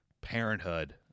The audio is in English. parenthood